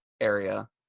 area